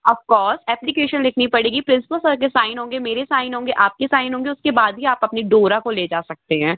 of course application लिखनी पड़ेगी principal sir के साइन होंगे मेरे साइन होंगे आपके साइन होंगे उसके बाद ही आप अपनी डोरा को ले जा सकते हैं